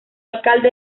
alcalde